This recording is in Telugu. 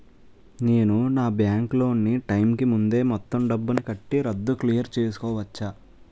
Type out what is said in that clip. నేను నా బ్యాంక్ లోన్ నీ టైం కీ ముందే మొత్తం డబ్బుని కట్టి రద్దు క్లియర్ చేసుకోవచ్చా?